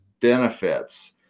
benefits